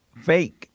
fake